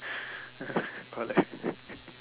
or like